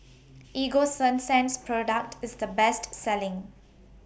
Ego Sunsense Product IS The Best Selling